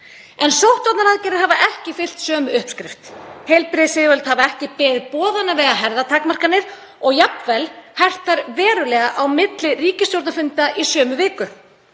En sóttvarnaaðgerðir hafa ekki fylgt sömu uppskrift. Heilbrigðisyfirvöld hafa ekki beðið boðanna við að herða takmarkanir og jafnvel hert þær verulega á milli ríkisstjórnarfunda í sömu viku.